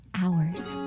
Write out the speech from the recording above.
hours